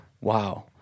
wow